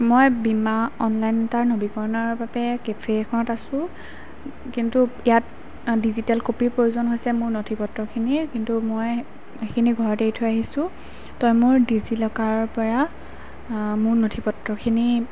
মই বীমা অনলাইন এটাৰ নৱীকৰণৰ বাবে কেফে এখনত আছোঁ কিন্তু ইয়াত ডিজিটেল কপিৰ প্ৰয়োজন হৈছে মোৰ নথিপত্ৰখিনিৰ কিন্তু মই সেইখিনি ঘৰত এৰি থৈ আহিছোঁ তই মোৰ ডিজিলকাৰৰপৰা মোৰ নথিপত্ৰখিনি